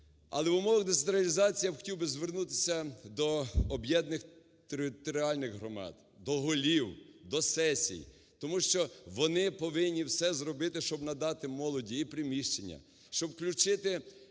Але в умовах децентралізації, я хотів би звернутися до об'єднаних територіальних громад, до голів, до сесій, тому що вони повинні все зробити, щоб надати молоді і приміщення, щоб включити